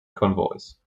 convoys